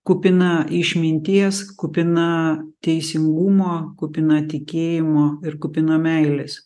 kupina išminties kupina teisingumo kupina tikėjimo ir kupina meilės